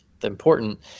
important